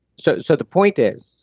so so the point is,